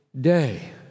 day